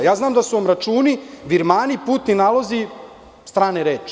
Ja znam da su vam računi, virmani, putni nalozi, strane reči.